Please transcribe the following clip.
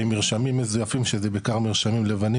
מרשמים מזויפים שזה בעיקר מרשמים לבנים